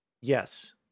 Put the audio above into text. Yes